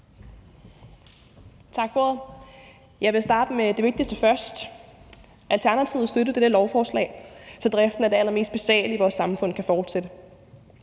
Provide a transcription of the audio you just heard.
Tak for ordet. Jeg vil starte med det vigtigste først: Alternativet støtter dette lovforslag, så driften af det allermest basale i vores samfund kan fortsætte.